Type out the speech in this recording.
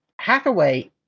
Hathaway